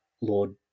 Lord